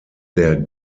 der